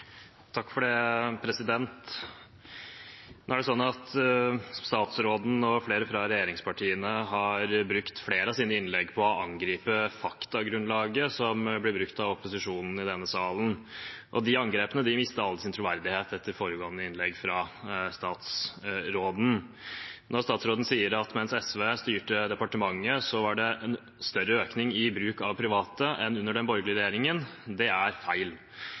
Nå er det slik at statsråden og flere fra regjeringspartiene har brukt flere av sine innlegg på å angripe faktagrunnlaget som blir brukt av opposisjonen i denne salen. De angrepene mister all sin troverdighet etter foregående innlegg fra statsråden. Statsråden sier at mens SV styrte departementet, var det en større økning i bruk av private enn under den borgerlige regjeringen. Det er feil.